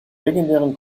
legendären